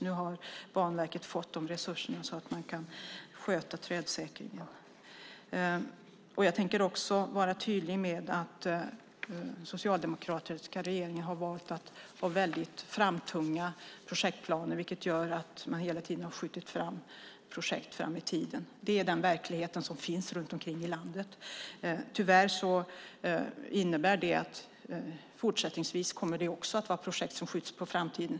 Nu har Banverket fått resurser så att de kan sköta trädsäkringen. Jag tänker också vara tydlig med att den socialdemokratiska regeringen valde att ha väldigt framtunga projektplaner, vilket gjorde att man ständigt sköt projekt framåt i tiden. Det är den verklighet som råder runt om i landet. Tyvärr innebär det att projekt även fortsättningsvis kommer att skjutas på framtiden.